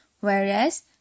whereas